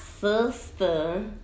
sister